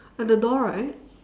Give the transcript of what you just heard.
at the door right